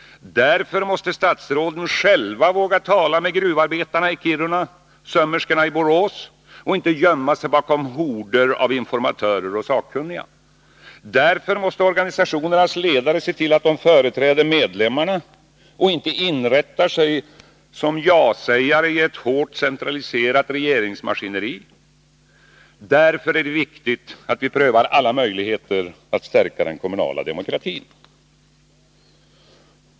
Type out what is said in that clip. Därför måste statsråden själva våga tala med gruvarbetarna i Kiruna och sömmerskorna i Borås och inte gömma sig bakom horder av informatörer och sakkunniga. Därför måste organisationernas ledare se till att de företräder medlemmarna och inte inrättar sig som ja-sägare i ett hårt centraliserat regeringsmaskineri. Därför är det viktigt att vi prövar alla möjligheter att stärka den kommunala demokratin.